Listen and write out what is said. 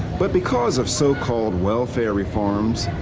but because of so-called welfare reforms,